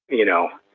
you know,